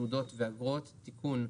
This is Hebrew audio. תעודות ואגרות) (תיקון),